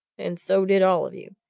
and so did all of you!